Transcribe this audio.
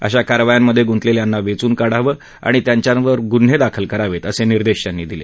अशा कारवायांमधे गुंतलेल्यांना वेचून काढावं आणि त्यांच्यावर गुन्हे दाखल करावे असे निर्देश त्यांनी दिले